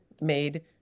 made